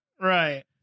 right